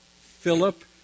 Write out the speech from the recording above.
Philip